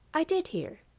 i did hear,